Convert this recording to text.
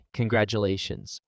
Congratulations